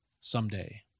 someday